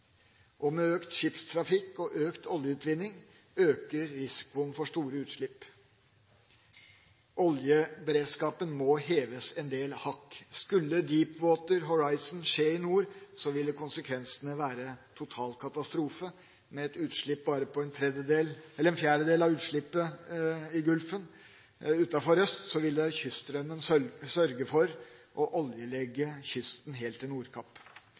Og med økt skipstrafikk og økt oljeutvinning øker risikoen for store utslipp. Oljeberedskapen må heves en del hakk. Skulle en «Deepwater Horizon»-ulykke skje i nord, ville konsekvensene være totalt katastrofale. Med et utslipp utenfor Røst tilsvarende en fjerdedel av utslippet i Golfen ville kyststrømmen sørget for å oljelegge kysten helt til Nordkapp.